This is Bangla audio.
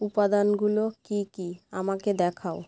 উপাদানগুলো কী কী আমাকে দেখাও